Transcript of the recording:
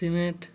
cement